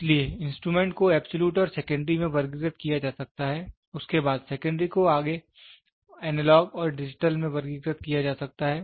इसलिए इंस्ट्रूमेंट को एबसॉल्यूट और सेकेंड्री में वर्गीकृत किया जा सकता है उसके बाद सेकेंड्री को आगे एनालॉग और डिजिटल में वर्गीकृत किया जा सकता है